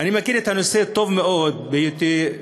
אני מכיר את הנושא טוב, מהיותי,